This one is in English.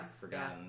Forgotten